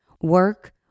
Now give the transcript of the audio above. work